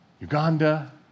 Uganda